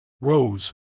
Rose